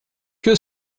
que